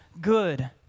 good